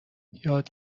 یاد